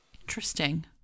interesting